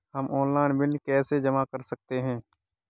हम online bill कैसे जमा कर सकते हैं?